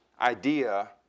idea